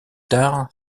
tard